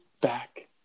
back